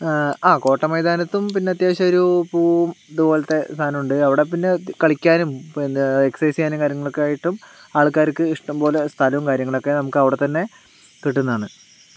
ആ കോട്ട മൈതാനത്തും പിന്നത്യാവശ്യം ഒരു പൂവും ഇതുപോലത്തെ സ്ഥലവുമുണ്ട് അവിടെ പിന്നെ കളിക്കാനും പിന്നെ എക്സർസൈസ് ചെയ്യാനും കാര്യങ്ങളൊക്കെ ആയിട്ടും ആൾക്കാർക്ക് ഇഷ്ടം പോലെ സ്ഥലവും കാര്യങ്ങളൊക്കെ നമുക്ക് അവിടെ തന്നെ കിട്ടുന്നതാണ്